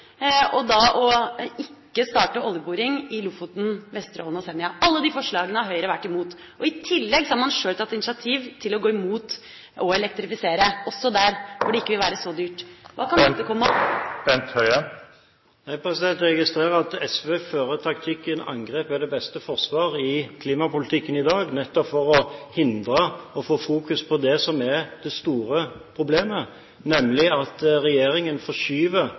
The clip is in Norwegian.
og da å ikke starte oljeboring utenfor Lofoten, Vesterålen og Senja. Alle de forslagene har Høyre vært imot. I tillegg har man sjøl tatt initiativ til å gå imot å elektrifisere, også der hvor det ikke vil være så dyrt. Hva kan dette komme av? Jeg registrerer at SV i klimapolitikken i dag fører taktikken «angrep er det beste forsvar» nettopp for å hindre å få fokus på det som er det store problemet, nemlig at regjeringen forskyver